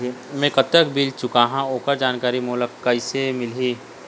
मैं कतक बिल चुकाहां ओकर जानकारी मोला कइसे मिलही?